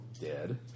dead